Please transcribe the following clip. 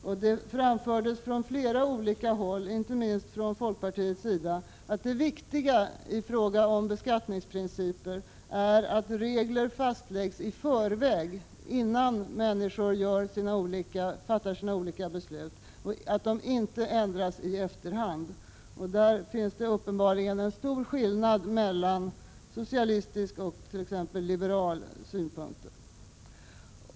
Det har framförts från flera håll, inte minst från folkpartiets sida, att det viktiga i fråga om beskattningsprinciper är att regler fastläggs i förväg, innan människor fattar sina olika beslut, och att de inte ändras i efterhand. Där finns uppenbarligen en stor skillnad mellan socialistisk och t.ex. liberal synpunkt.